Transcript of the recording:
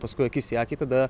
paskui akis į akį tada